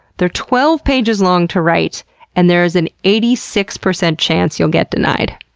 they're twelve pages long to write and there's an eighty six percent chance you'll get denied.